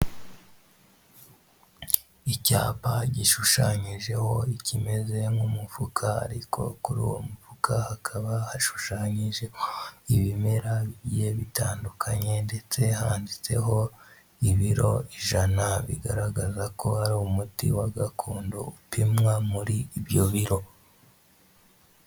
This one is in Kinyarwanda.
Icyapa gishushanyijeho ikimeze nk'umufuka ariko kuri uwo mufuka hakaba hashushanyijeho ibimera bigiye bitandukanye ndetse handitseho ibiro ijana, bigaragaza ko ari umuti wa gakondo upimwa muri ibyo biro.